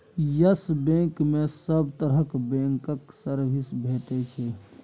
yes Bank मे सब तरहक बैंकक सर्विस भेटै छै